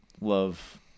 Love